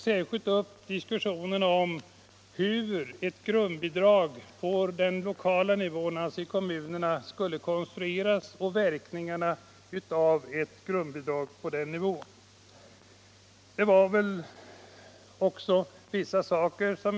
Särskilt togs diskussioner upp om hur ett grundbidrag på den lokala nivån — alltså i kommunerna — skulle konstrueras och vilka verkningarna av ett grundbidrag på den nivån skulle bli.